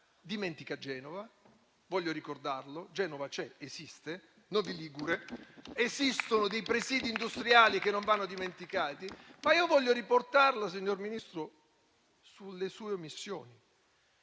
Dimentica Genova. Voglio ricordarlo: Genova c'è, esiste, ed esiste Novi Ligure. Esistono dei presidi industriali che non vanno dimenticati. Ma io voglio riportarla, signor Ministro, sulle sue omissioni.